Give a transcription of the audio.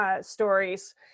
Stories